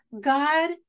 God